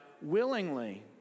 willingly